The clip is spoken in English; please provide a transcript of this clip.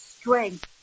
strength